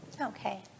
Okay